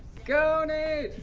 go, nate.